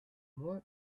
moi